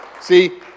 See